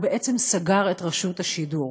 הוא בעצם סגר את רשות השידור.